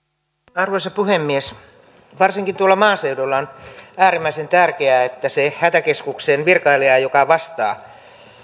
arvoisa puhemies varsinkin tuolla maaseudulla on äärimmäisen tärkeää että se hätäkeskuksen virkailija joka vastaa